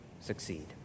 succeed